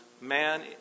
man